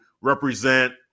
represent